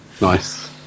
nice